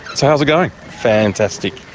so how's it going? fantastic,